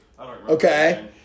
okay